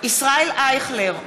ישראל אייכלר,